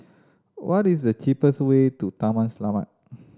what is the cheapest way to Taman Selamat